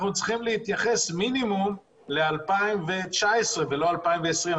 אנחנו צריכים להתייחס מינימום ל-2019 ולא ל-2020,